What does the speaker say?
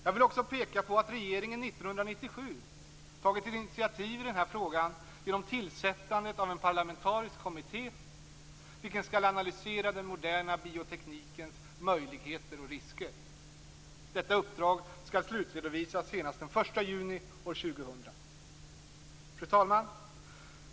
Jag vill också peka på att regeringen 1997 tagit ett initiativ i denna fråga genom tillsättandet av en parlamentarisk kommitté, vilken skall analysera den moderna bioteknikens möjligheter och risker. Detta uppdrag skall slutredovisas senast den 1 juni år 2000. Fru talman!